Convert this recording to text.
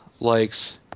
likes